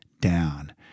down